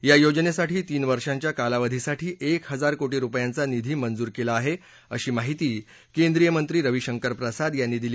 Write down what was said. या योजनेसाठी तीन वर्षाच्या कालावधीसाठी एक हजार कोटी रुपयांचा निधी मंजूर केला आहे अशी माहिती केंद्रीय मंत्री रवी शंकर प्रसाद यांनी दिली